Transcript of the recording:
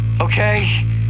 Okay